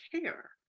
care